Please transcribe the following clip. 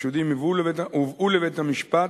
החשודים הובאו לבית-המשפט,